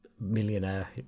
millionaire